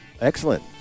Excellent